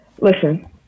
Listen